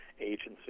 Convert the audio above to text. agency